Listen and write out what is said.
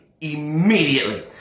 Immediately